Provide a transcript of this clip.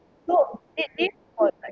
so